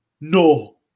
No